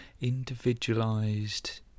individualized